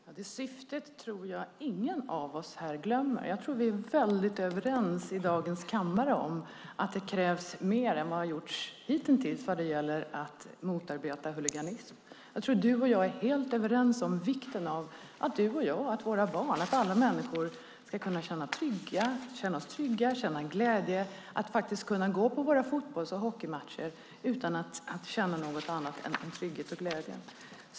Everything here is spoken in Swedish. Herr talman! Syftet tror jag inte att någon av oss här glömmer. Jag tror att vi är väldigt överens i kammaren i dag om att det krävs mer än vad som gjorts hittills vad gäller att motarbeta huliganism. Jag tror att du och jag, Kerstin Haglö, är helt överens om vikten av att du, jag, våra barn och alla människor ska kunna känna oss trygga och känna en glädje i att kunna gå på våra fotbolls och hockeymatcher utan att känna annat än trygghet och glädje.